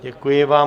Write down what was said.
Děkuji vám.